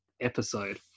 episode